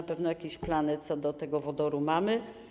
Na pewno jakieś plany co do tego wodoru mamy.